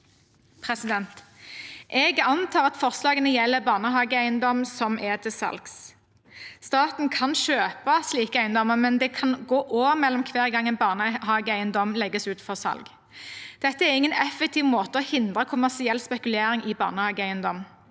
Jeg antar at forslagene gjelder barnehageeiendom som er til salgs. Staten kan kjøpe slike eiendommer, men det kan gå år mellom hver gang en barnehageeiendom legges ut for salg. Dette er ingen effektiv måte å hindre kommersiell spekulering i barnehageeiendom